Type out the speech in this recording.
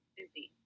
busy